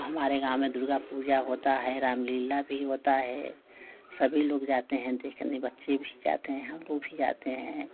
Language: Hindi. हमारे गाँव में दुर्गा पूजा होता है रामलीला भी होता है सभी लोग जाते हैं देखने बच्चे भी जाते हैं हम लोग भी जाते हैं